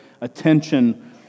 attention